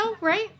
right